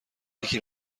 یکی